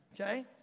okay